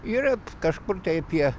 ir kažkur tai apie